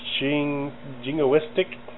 jingoistic